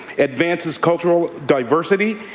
advances cultural diversity,